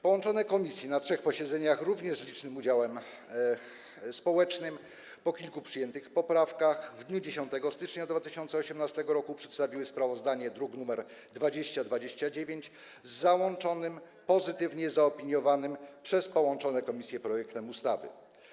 Połączone komisje na trzech posiedzeniach - również z licznym udziałem strony społecznej - po kilku przyjętych poprawkach w dniu 10 stycznia 2018 r. przedstawiły sprawozdanie, druk nr 2029, z załączonym pozytywnie zaopiniowanym przez połączone komisje projektem ustawy.